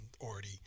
already